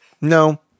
No